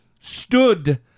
stood